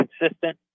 consistent